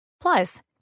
Plus